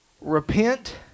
Repent